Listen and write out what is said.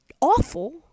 awful